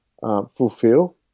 fulfill